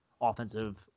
offensive